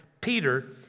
Peter